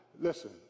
Listen